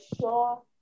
sure